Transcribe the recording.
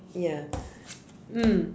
ya mm